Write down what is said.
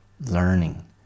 learning